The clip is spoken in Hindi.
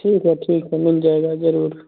ठीक है ठीक है मिल जाएगा ज़रूर